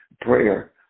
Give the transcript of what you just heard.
prayer